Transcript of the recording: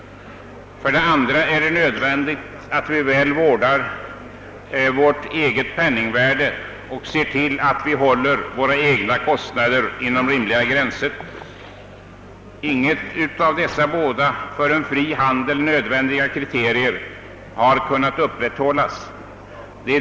Vidare är det nödvändigt att vi väl vårdar vårt eget penningvärde och ser till att vi håller våra egna kostnader inom rimliga gränser. Inget av dessa båda för en fri handel nödvändiga kriterier har kunnat uppfyllas.